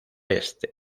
este